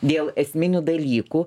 dėl esminių dalykų